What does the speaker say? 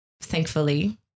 thankfully